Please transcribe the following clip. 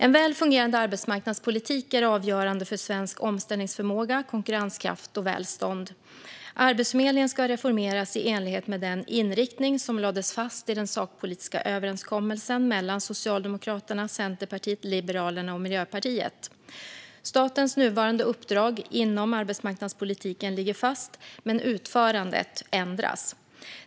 En väl fungerande arbetsmarknadspolitik är avgörande för svensk omställningsförmåga, konkurrenskraft och välstånd. Arbetsförmedlingen ska reformeras i enlighet med den inriktning som lades fast i den sakpolitiska överenskommelsen mellan Socialdemokraterna, Centerpartiet, Liberalerna och Miljöpartiet. Statens nuvarande uppdrag inom arbetsmarknadspolitiken ligger fast, men utförandet ändras.